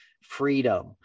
freedom